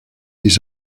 his